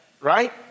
right